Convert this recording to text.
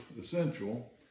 essential